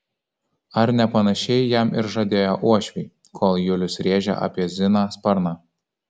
ar ne panašiai jam ir žadėjo uošviai kol julius rėžė apie ziną sparną